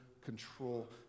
control